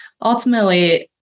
ultimately